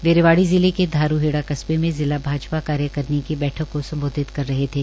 वे रेवाड़ी जिले के धारूहेड़ा कस्बे मे जिला भाजपा कार्यकारिणी की बैठक को सम्बोधित कर रहे थे